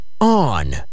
On